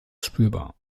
spürbar